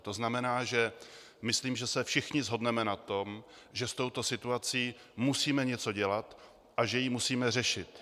To znamená, že se myslím všichni shodneme na tom, že s touto situací musíme něco dělat a že ji musíme řešit.